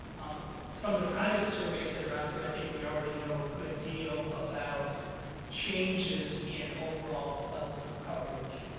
um from the private surveys that are out there, i think we already know a good deal about changes in overall levels of coverage.